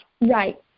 Right